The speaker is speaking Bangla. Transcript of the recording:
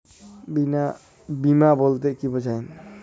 বিমা বলতে কি বোঝায়?